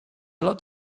lot